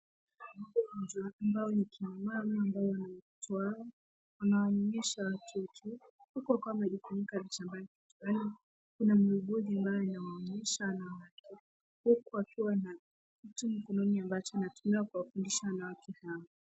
Ambao ni akina mama ambao wana watoto wao, wananyonyesha watoto. Huko kama lipo huku wakiwa wanjifunika vitamba vichwani. Kuna muuguzi ambaye anawaonyesha wanawake, huku akiwa na mtu mikononi ambacho inatumiwa kuwafundisha wanawake hao.